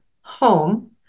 home